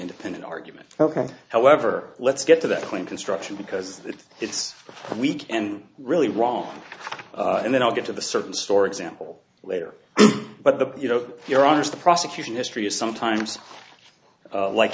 independent argument ok however let's get to that point construction because if it's weak and really wrong and then i'll get to the certain store example later but the you know you're honest the prosecution history is sometimes like